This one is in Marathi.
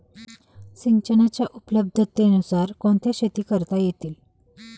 सिंचनाच्या उपलब्धतेनुसार कोणत्या शेती करता येतील?